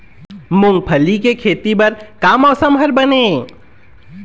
मूंगफली के खेती बर का मौसम हर बने ये?